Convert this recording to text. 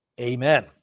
amen